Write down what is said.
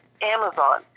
Amazon